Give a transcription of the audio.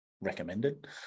recommended